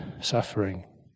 suffering